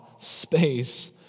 space